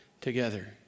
together